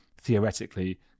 theoretically